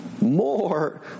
More